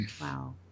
Wow